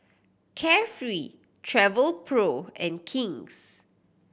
Carefree Travelpro and King's